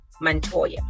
Montoya